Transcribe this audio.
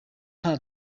nta